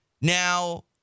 Now